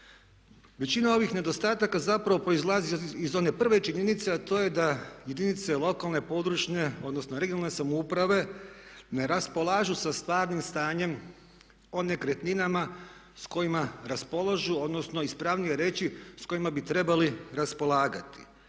Većina ovih nedostataka zapravo proizlazi iz one prve činjenice, a to je da jedinice lokalne, područne odnosno regionalne samouprave ne raspolažu sa stvarnim stanjem o nekretninama sa kojima raspolažu, odnosno ispravnije reći s kojima bi trebali raspolagati.